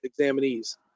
examinees